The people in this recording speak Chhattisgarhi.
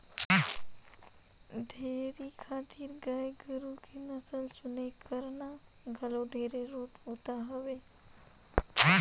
डेयरी खातिर गाय गोरु के नसल चुनई करना घलो ढेरे रोंट बूता हवे